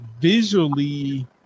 visually